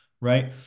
right